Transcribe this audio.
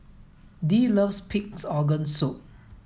dee loves pig's organ soup